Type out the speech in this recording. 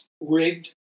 rigged